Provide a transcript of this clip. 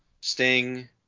Sting